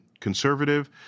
conservative